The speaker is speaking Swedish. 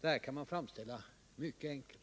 Detta kan man framställa mycket enkelt.